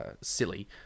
silly